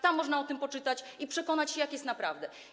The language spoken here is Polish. Tam można o tym poczytać i przekonać się, jak jest naprawdę.